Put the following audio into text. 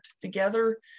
together